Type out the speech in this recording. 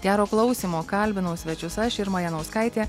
gero klausymo kalbinau svečius aš irma janauskaitė